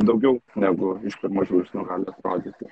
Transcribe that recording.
daugiau negu iš pirmo žvilgsnio gali atrodyti